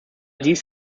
dies